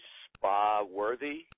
spa-worthy